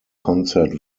concert